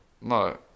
No